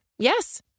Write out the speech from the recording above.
Yes